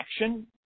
action